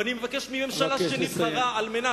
ואני מבקש מהממשלה שנבחרה למען